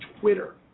Twitter